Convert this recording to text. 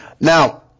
Now